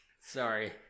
Sorry